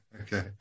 Okay